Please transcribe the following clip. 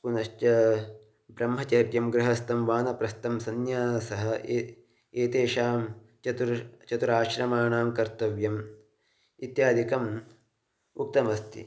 पुनश्च ब्रह्मचर्यं गृहस्थः वानप्रस्थं सन्यासः एते एतेषां चतुर्णां चतुराश्रमाणां कर्तव्यम् इत्यादिकम् उक्तमस्ति